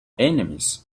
enemies